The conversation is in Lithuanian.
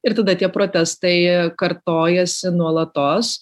ir tada tie protestai kartojasi nuolatos